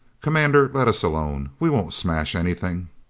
commander, let us alone. we won't smash anything.